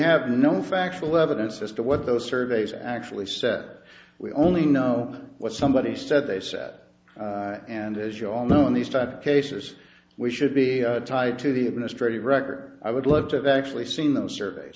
have no factual evidence as to what those surveys actually set we only know what somebody said they said and as you all know in these type of cases we should be tied to the administrative record i would love to have actually seen those surveys